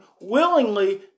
willingly